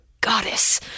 goddess